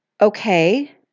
Okay